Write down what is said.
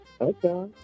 Okay